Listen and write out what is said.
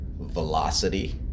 velocity